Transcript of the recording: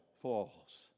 falls